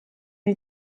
die